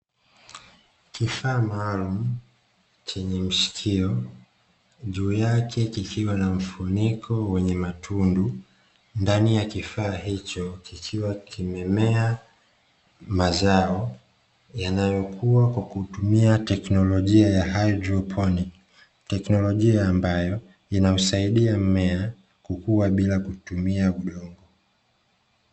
Kifaa maalumu chenye mshikio, juu yake kikiwa na mfuniko wenye matundu, ndani ya kifaa hicho kikiwa kimemea mazao yanayokua kwa kutumia teknolojia ya "haidroponiki", teknolojia ambayo inasaidia mmea kukua bila kutumia udongo.